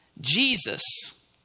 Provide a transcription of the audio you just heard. Jesus